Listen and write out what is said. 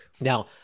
Now